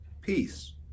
peace